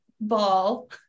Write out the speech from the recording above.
ball